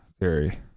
theory